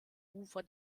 ufer